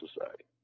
society